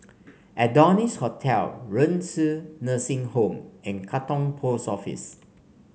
Adonis Hotel Renci Nursing Home and Katong Post Office